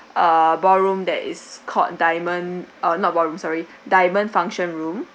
uh ballroom that is called diamond err not ballroom sorry diamond function room